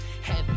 Heavy